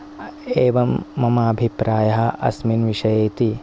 एवं मम अभिप्रायः अस्मिन् विषये इति